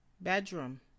Bedroom